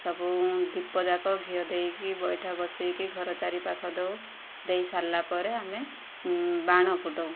ସବୁ ଦୀପ ଯାକ ଘିଅ ଦେଇକି ବଇଠା ବସାଇକି ଘର ଚାରି ପାଖ ଦେଉ ଦେଇ ସାରିଲା ପରେ ଆମେ ବାଣ ଫୁଟାଉ